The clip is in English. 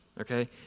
Okay